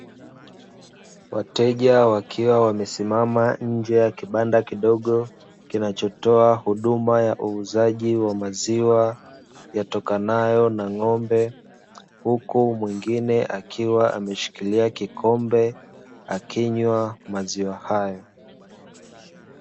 Wateja wakiwa wamesimama nje ya kibanda kidogo, kinachotoa huduma ya uuzaji wa maziwa yatokanayo na ng'ombe, huku mwingine akiwa ameshikilia kikombe, akinywa maziwa hayo.